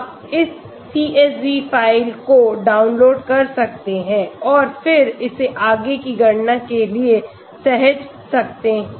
आप इस CSV file को डाउनलोड कर सकते हैं और फिर इसे आगे की गणना के लिए सहेज सकते हैं